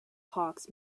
hawks